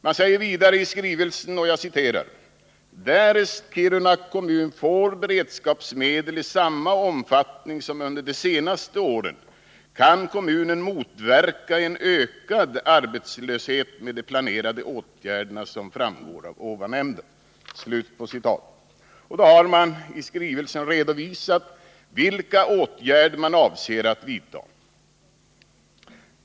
Man säger vidare i skrivelsen: ”Därest Kiruna kommun får beredskapsmedel i samma omfattning som under de senaste åren kan kommunen motverka en ökad arbetslöshet med de planerade åtgärderna som framgår av ovannämnda.” Man har i skrivelsen redovisat vilka åtgärder man avser att vidta.